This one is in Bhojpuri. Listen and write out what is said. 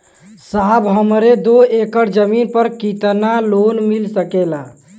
साहब हमरे दो एकड़ जमीन पर कितनालोन मिल सकेला?